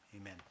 Amen